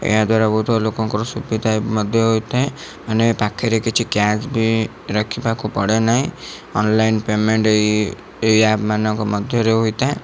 ଏହା ଦ୍ବାରା ବହୁତ ଲୋକଙ୍କର ସୁବିଧା ମଧ୍ୟ ହୋଇଥାଏ ମାନେ ପାଖରେ କିଛି କ୍ୟାସ୍ ବି ରଖିବାକୁ ପଡ଼େ ନାହିଁ ଅନଲାଇନ ପେମେଣ୍ଟ ଏଇ ଏଇ ଆପ ମାନଙ୍କ ମଧ୍ୟରେ ହୋଇଥାଏ